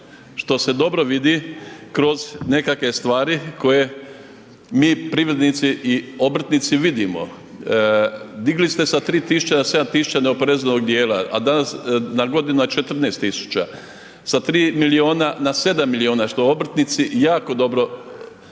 što se dobro vidi kroz nekakve stvari koje mi privrednici i obrtnici vidimo. Digli ste s 3.000 na 7.000 neoporezivog dijela, … godina 14.000, sa 3 milijuna na 7 milijuna što obrtnici jako dobro tko